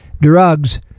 drugs